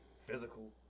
physical